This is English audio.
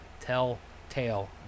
Telltale